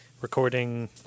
recording